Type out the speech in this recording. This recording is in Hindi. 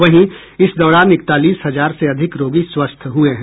वहीं इस दौरान इकतालीस हजार से अधिक रोगी स्वस्थ हुए हैं